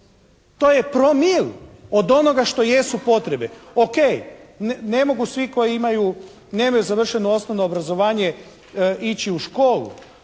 To je promil od onoga što jesu potrebe. Ok. Ne mogu svi koji imaju, nemaju završeno osnovno obrazovanje ići u školu